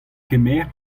kemer